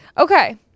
okay